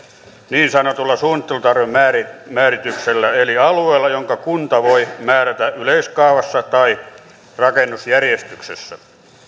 niin sanotulla suunnittelutarpeen määrityksellä alueella jonka kunta voi määrätä yleiskaavassa tai rakennusjärjestyksessä